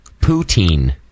poutine